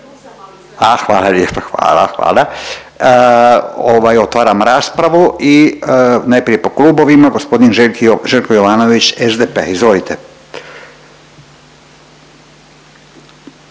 hvala, hvala. Ovaj otvaram raspravu i najprije po klubovima, g. Željko Jovanović SDP. Izvolite.